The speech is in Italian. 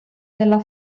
della